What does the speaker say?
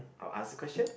I'll ask a question